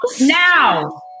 now